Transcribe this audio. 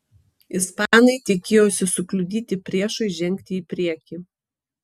ispanai tikėjosi sukliudyti priešui žengti į priekį